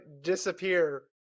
disappear